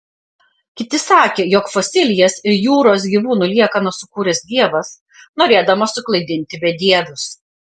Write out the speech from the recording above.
kiti sakė jog fosilijas ir jūros gyvūnų liekanas sukūręs dievas norėdamas suklaidinti bedievius